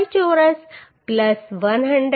5 ચોરસ 115